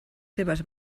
seves